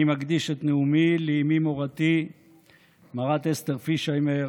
אני מקדיש את נאומי לאימי מורתי מרת אסתר פישהיימר,